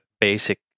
basic